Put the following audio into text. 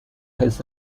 his